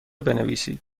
بنویسید